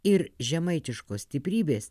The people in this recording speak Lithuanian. ir žemaitiškos stiprybės